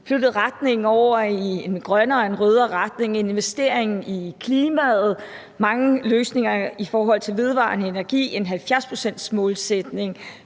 flyttet retningen i en grønnere og en rødere retning, en investering i klimaet, mange løsninger i forhold til vedvarende energi, en 70-procentsmålsætning,